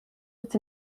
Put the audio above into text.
its